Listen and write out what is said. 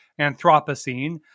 Anthropocene